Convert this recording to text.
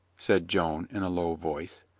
said joan in a low voice.